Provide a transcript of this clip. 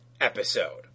episode